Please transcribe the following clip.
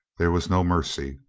there was no mercy.